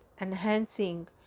enhancing